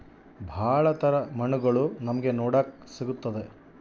ಭಾಳ ತರ ಮಣ್ಣುಗಳು ನಮ್ಗೆ ನೋಡಕ್ ಸಿಗುತ್ತದೆ